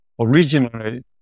Originally